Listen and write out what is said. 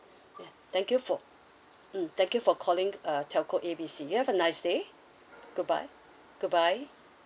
ya thank you for mm thank you for calling uh telco A B C you have a nice day goodbye goodbye